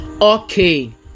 Okay